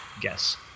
guess